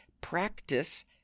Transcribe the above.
practice